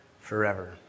forever